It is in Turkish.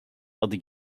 adi